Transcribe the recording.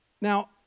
Now